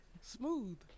smooth